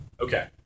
okay